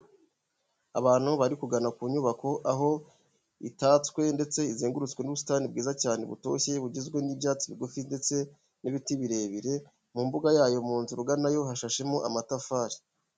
Abantu bari kugana ku nyubako aho itatswe ndetse izengurutswe n'ubusitani bwiza cyane butoshye, bugizwe n'ibyatsi bigufi ndetse n'ibiti birebire, mu mbuga yayo mu nzira uganayo hashashemo amatafari.